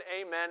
amen